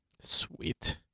Sweet